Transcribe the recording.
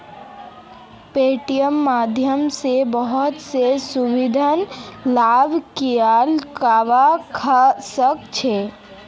पेटीएमेर माध्यम स बहुत स सुविधार लाभ लियाल जाबा सख छ